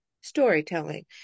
storytelling